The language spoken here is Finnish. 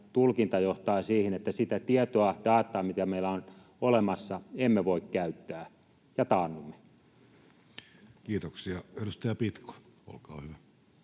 tulkinta johtaa siihen, että sitä tietoa, dataa, mitä meillä on olemassa, emme voi käyttää ja taannumme. Kiitoksia. — Edustaja Pitko, olkaa hyvä.